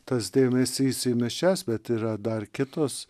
tas dėmesys eina šias bet yra dar kitos